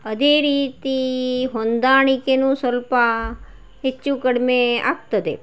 ಅದೇ ರೀತಿ ಹೊಂದಾಣಿಕೆಯೂ ಸ್ವಲ್ಪ ಹೆಚ್ಚು ಕಡ್ಮೆ ಆಗ್ತದೆ